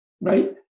right